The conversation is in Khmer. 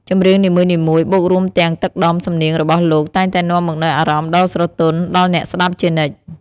ចម្រៀងនីមួយៗបូករួមទាំងទឹកដមសំនៀងរបស់លោកតែងតែនាំមកនូវអារម្មណ៍ដ៏ស្រទន់ដល់អ្នកស្តាប់ជានិច្ច។